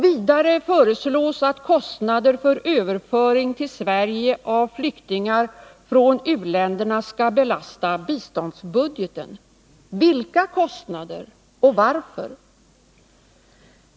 Vidare föreslås att kostnader för överföring till Sverige av flyktingar från u-länderna skall belasta biståndsbudgeten. Vilka kostnader och varför?